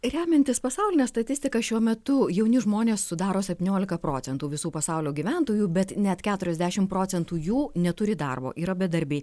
remiantis pasauline statistika šiuo metu jauni žmonės sudaro septyniolika procentų visų pasaulio gyventojų bet net keturiasdešimt procentų jų neturi darbo yra bedarbiai